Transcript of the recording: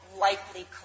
likely